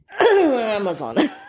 Amazon